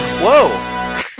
Whoa